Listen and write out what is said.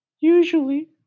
Usually